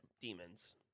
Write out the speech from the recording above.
demons